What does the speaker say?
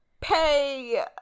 pay